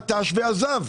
נטש ועזב,